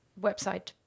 website